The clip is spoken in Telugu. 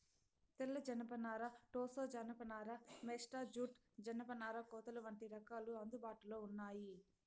తెల్ల జనపనార, టోసా జానప నార, మేస్టా జూట్, జనపనార కోతలు వంటి రకాలు అందుబాటులో ఉన్నాయి